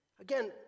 Again